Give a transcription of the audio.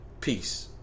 Peace